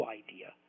idea